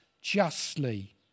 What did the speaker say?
justly